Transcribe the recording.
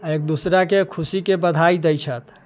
एक दूसराके खुशीके बधाइ दै छथि